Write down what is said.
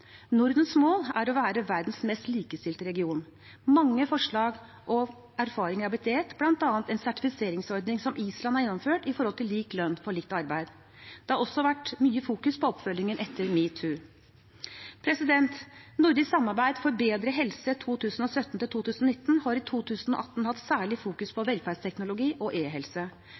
Nordens mål er å være verdens mest likestilte region. Mange forslag og erfaringer er blitt delt, bl.a. om en sertifiseringsordning som Island har gjennomført når det gjelder lik lønn for likt arbeid. Det har også vært fokusert mye på oppfølgingen etter metoo. Nordisk samarbeid for bedre helse 2017–2019 har i 2018 fokusert særlig på velferdsteknologi og